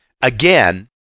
again